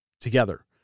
together